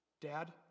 Dad